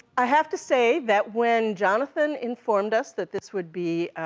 i have to say that when jonathan informed us that this would be